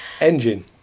Engine